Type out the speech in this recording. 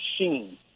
machine